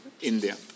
India